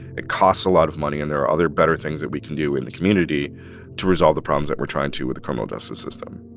it costs a lot of money, and there are other, better things that we can do in the community to resolve the problems that we're trying to with the criminal justice system